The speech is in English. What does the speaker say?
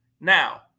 Now